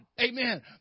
amen